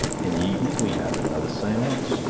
in the evening we had another seance,